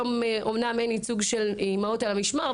אין כאן היום ייצוג של 'אימהות על המשמר',